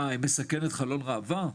מה, היא מסכנת חלון ראווה?